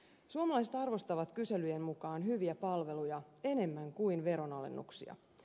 suomalaiset arvostavat kyselyjen mukaan hyviä palveluja enemmän kuin veronalennuksia